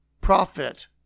profit